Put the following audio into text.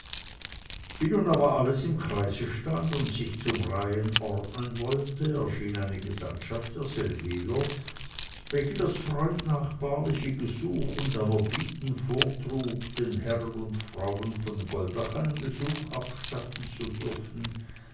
wie nun aber alles im kreise stand und sich zum reihen ordnen wollte erschien eine gesandtschaft der seldwyler welche das freundnachbarliche gesuch und anerbieten vortrug den herren und frauen von goldach einen besuch abstatten zu dürfen